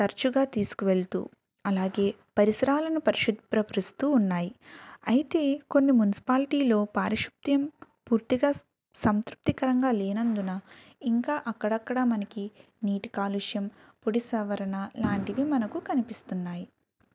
తరచుగా తీసుకు వెళుతూ అలాగే పరిసరాలను పరిశుభ్ర పరుస్తూ ఉన్నాయి అయితే కొన్ని మున్సిపాలిటీలో పారిశుద్యం పూర్తిగా సంతృప్తికరంగా లేనందున ఇంకా అక్కడక్కడా మనకి నీటికాలుష్యం పుడిసవరణ లాంటివి మనకు కనిపిస్తున్నాయి